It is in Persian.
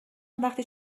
وقتی